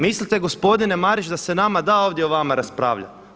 Mislite gospodine Marić da se nama da ovdje o vama raspravljati?